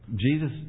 Jesus